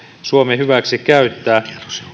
suomen hyväksi käyttää